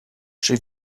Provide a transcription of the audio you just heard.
czy